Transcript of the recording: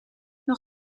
nog